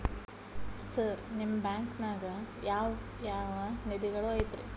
Sir ನಿಮ್ಮ ಬ್ಯಾಂಕನಾಗ ಯಾವ್ ಯಾವ ನಿಧಿಗಳು ಐತ್ರಿ?